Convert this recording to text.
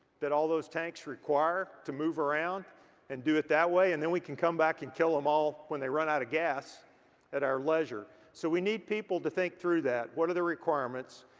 that all those tanks require to move around and do it that way and then we can come back and kill them all when they run out of gas at our leisure. so we need people to think through that. what are the requirements?